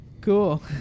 cool